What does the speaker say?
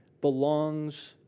belongs